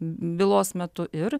bylos metu ir